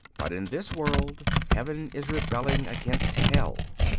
but in this world heaven is rebelling against hell.